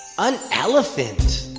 an elephant!